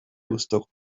gustuko